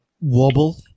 wobble